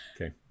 okay